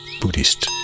Buddhist